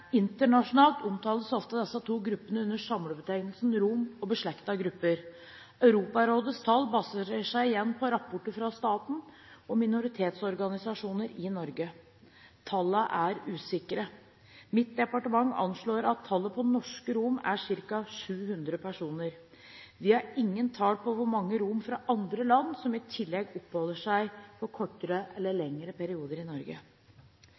Internasjonalt omtales ofte disse to gruppene under samlebetegnelsen romer og beslektede grupper. Europarådets tall baserer seg igjen på rapporter fra staten og minoritetsorganisasjoner i Norge. Tallene er usikre. Mitt departement anslår at tallet på norske romer er ca. 700 personer. Vi har ingen tall for hvor mange romer fra andre land som i tillegg oppholder seg i kortere eller lengre perioder i Norge.